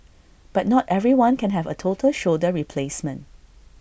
but not everyone can have A total shoulder replacement